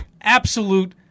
absolute